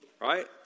Right